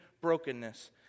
brokenness